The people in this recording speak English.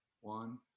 one